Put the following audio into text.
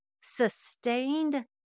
sustained